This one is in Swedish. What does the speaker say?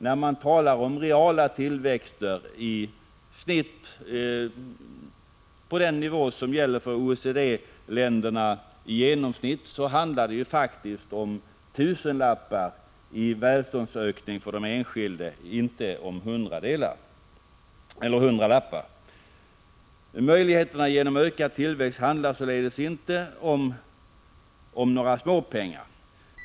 När man talar om en real tillväxt på den nivå som gäller för OECD-länderna i genomsnitt, så handlar det faktiskt om tusenlappar i välståndsökning för den enskilde — inte om hundralappar. Möjligheterna genom ökad tillväxt handlar således inte om några småpengar.